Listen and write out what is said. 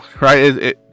Right